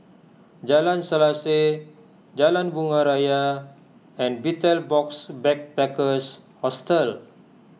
Jalan Selaseh Jalan Bunga Raya and Betel Box Backpackers Hostel